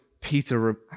Peter